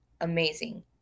amazing